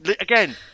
again